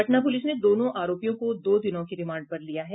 Patna police ने दोनों आरोपियों को दो दिनों की रिमांड पर लिया है